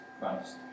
Christ